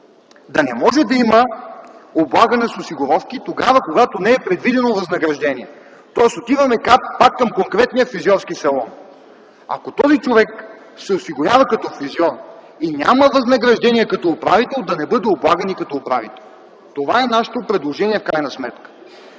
да не може да има облагане с осигуровки тогава, когато не е предвидено възнаграждение. Отиваме пак към конкретния фризьорски салон: ако този човек се осигурява като фризьор и няма възнаграждение като управител, да не бъде облаган като управител. Това е нашето предложение. Защото